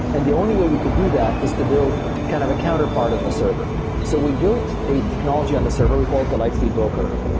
and the only way we could do that is to build kind of a counterpart in the server. so we built a technology on the server we called the lightspeed broker,